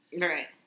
Right